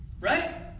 Right